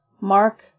Mark